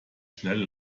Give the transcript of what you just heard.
schnell